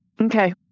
Okay